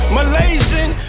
Malaysian